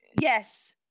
Yes